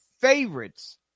favorites